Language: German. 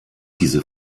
diese